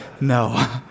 No